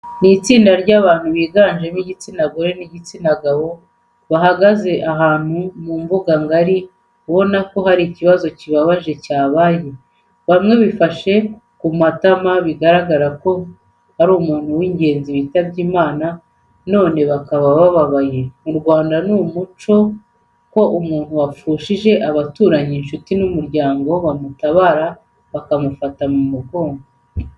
Ni itsinda ry'abantu biganjemo igitsina gabo n'igitsina gore, bahagaze ahantu mu mbuga ngari ubona ko hari ikibazo kibabaje cyabaye. Bamwe bifashe ku matama bugaragara ko hari umuntu w'ingenzi witabye Imana none bakaba bababaye. Mu Rwanda ni umuco ko niba umuntu apfushije abaturanyi, incuti n'umuryango bamutabara bakamufata mu mugongo.